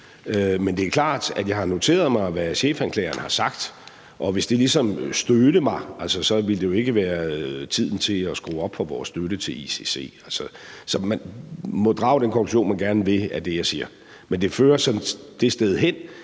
men det er klart, at jeg har noteret mig, hvad chefanklageren har sagt, og hvis det ligesom stødte mig, ville det jo ikke være den rette tid til at skrue op for vores støtte til ICC. Man må drage den konklusion, man gerne vil, af det, jeg siger, men det fører det sted hen,